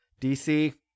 DC